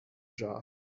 job